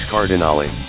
Cardinale